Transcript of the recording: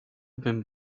been